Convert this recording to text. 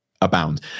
abound